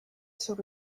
sur